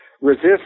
resist